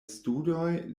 studoj